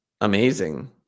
amazing